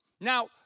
Now